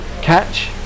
Catch